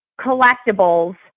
collectibles